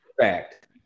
fact